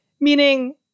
meaning